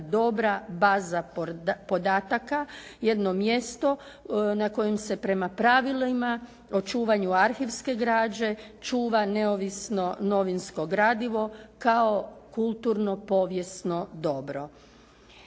dobra baza podataka, jedno mjesto na kojem se prema pravilima o čuvanju arhivske građe čuva neovisno novinsko gradivo kao kulturno povijesno dobro.